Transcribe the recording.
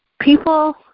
People